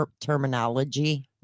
Terminology